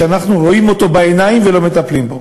שאנחנו רואים אותו בעיניים ולא מטפלים בו.